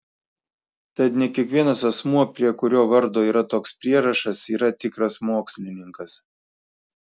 tad ne kiekvienas asmuo prie kurio vardo yra toks prierašas yra tikras mokslininkas